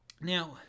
Now